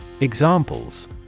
Examples